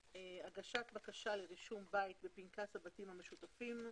הגשת בקשה לרישום בית בפנקס הבתים המשותפים,